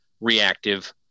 reactive